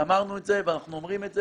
ואמרנו את זה, ואנחנו אומרים את זה.